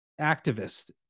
activist